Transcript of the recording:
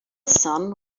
son